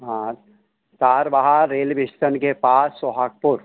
हाँ Tarbahar railway station के पास सोहागपुर